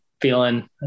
feeling